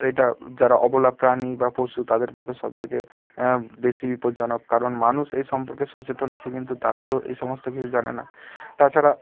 এইটা যারা অবলা প্রাণী বা পশু তাদের পক্ষে সব থেকে বেশি বিপদজনক কারণ মানুষ এই সম্পর্কে সচেতন আছে কিন্তু তারা তো এই সমস্ত কিছু জানে না তাছাড়া